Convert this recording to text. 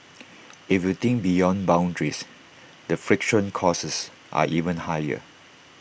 if you think beyond boundaries the friction causes are even higher